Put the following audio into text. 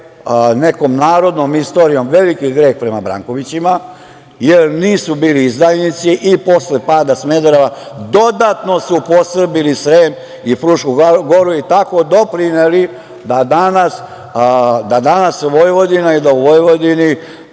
nekom narodnom istorijom veliki greh prema Brankovićima jer nisu bili izdajnici i posle pada Smedereva dodatno su posrbili Srem i Frušku goru i tako doprineli da danas Vojvodina i da u Vojvodini